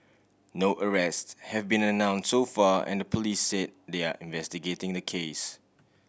no arrest have been announce so far and the police say they are investigating the case